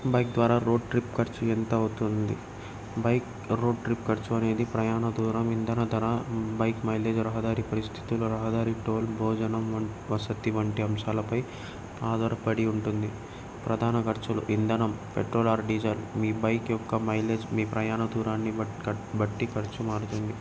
bike ద్వారా road trip ఖర్చు ఎంత అవుతుంది బైక్ రోడ్ ట్రిప్ ఖర్చు అనేది ప్రయాణ దూరం ఇంధన ధర బైక్ మైలేజ్ రహదారి పరిస్థితులు రహదారి టోల్ భోజనం వ వసతి వంటి అంశాలపై ఆధారపడి ఉంటుంది ప్రధాన ఖర్చులు ఇంధనం పెట్రోల్ ఆర్ డీజల్ మీ బైక్ యొక్క మైలేజ్ మీ ప్రయాణ దూరాన్ని బట్ బట్టి ఖర్చు మారుతుంది